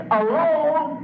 alone